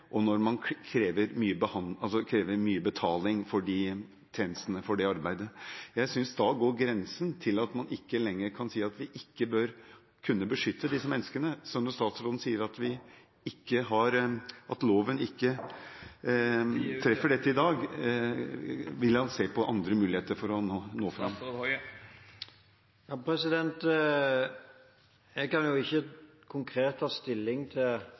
og krever inn mye betaling for de tjenestene og for det arbeidet. Jeg synes at der går grensen – at man ikke lenger kan si at vi ikke bør kunne beskytte disse menneskene. Så når statsråden sier at loven ikke treffer dette i dag: Vil han se på andre muligheter for å nå fram? Jeg kan ikke konkret ta stilling til